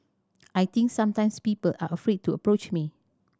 I think sometimes people are afraid to approach me